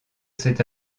cet